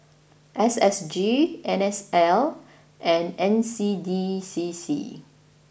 S S G N S L and N C D C C